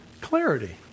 clarity